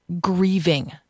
grieving